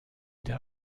der